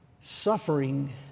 suffering